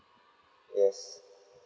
yes